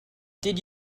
did